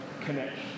connection